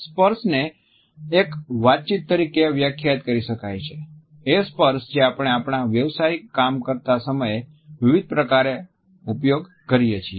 સ્પર્શને એક વાતચીત તરીકે વ્યાખ્યાયિત કરી શકાય છે એ સ્પર્શ જે આપણે આપણા વ્યવસાયિક કામ કરતા સમયે વિવિધ પ્રકારે ઉપયોગ કરીએ છીએ